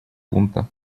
пункта